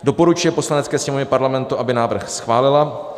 I. doporučuje Poslanecké sněmovně Parlamentu, aby návrh schválila;